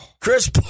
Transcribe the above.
Chris